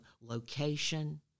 location